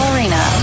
Arena